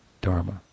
dharma